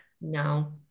No